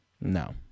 No